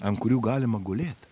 ant kurių galima gulėt